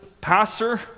pastor